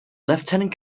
lieutenant